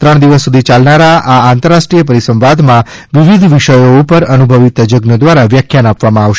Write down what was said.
ત્રણ દિવસ સુધી ચાલનારા આ આંતરરાષ્ટ્રીય પરિસંવાદમાં વિવિધ વિષયો ઉપર અનુભવી તજજ્ઞો દ્વારા વ્યાખ્યાન આપવામાં આવશે